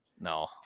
No